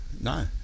No